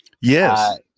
yes